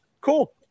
cool